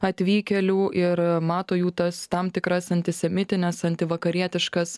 atvykėlių ir mato jų tas tam tikras antisemitines antivakarietiškas